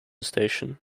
station